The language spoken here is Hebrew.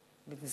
אני מבקש לדבר.